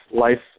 life